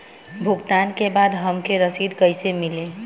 भुगतान के बाद हमके रसीद कईसे मिली?